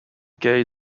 gay